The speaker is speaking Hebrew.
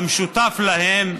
המשותף להם,